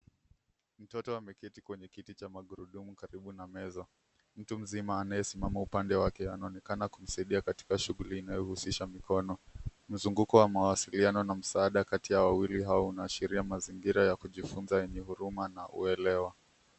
Mtoto ameketi kwenye kiti cha magurudumu karibu na meza. Mtu mzima anayesimama upande wake anaonekana kumsaidia katika shughuli inayohusisha mikono. Mzunguko wa mawasiliano na msaada kati ya wawili hao unaashiria mazingira ya kujifunza yenye huruma na uelewa.